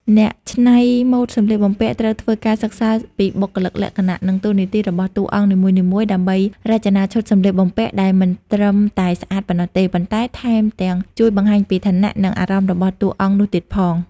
អ្នកច្នៃម៉ូដសម្លៀកបំពាក់ត្រូវធ្វើការសិក្សាពីបុគ្គលិកលក្ខណៈ និងតួនាទីរបស់តួអង្គនីមួយៗ ដើម្បីរចនាឈុតសម្លៀកបំពាក់ដែលមិនត្រឹមតែស្អាតប៉ុណ្ណោះទេ ប៉ុន្តែថែមទាំងជួយបង្ហាញពីឋានៈ និងអារម្មណ៍របស់តួអង្គនោះទៀតផង។